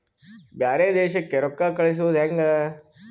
ಬ್ಯಾರೆ ದೇಶಕ್ಕೆ ರೊಕ್ಕ ಕಳಿಸುವುದು ಹ್ಯಾಂಗ?